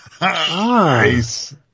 Nice